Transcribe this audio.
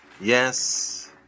yes